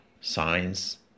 science